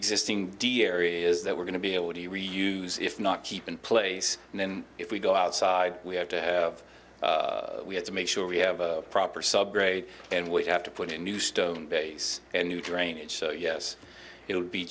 existing deer areas that we're going to be able to reuse if not keep in place and then if we go outside we have to have we have to make sure we have proper subgrade and we have to put in new stone base and new drainage so yes it will be